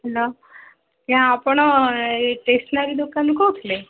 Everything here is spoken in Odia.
ହେଲୋ ଆଜ୍ଞା ଆପଣ ଏଇ ଷ୍ଟେସନାରୀ ଦୋକାନରୁ କହୁଥିଲେ